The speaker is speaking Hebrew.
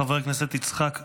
חבר הכנסת יצחק קרויזר.